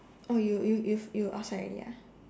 oh you you you you outside already ah